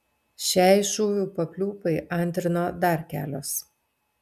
šiai šūvių papliūpai antrino dar kelios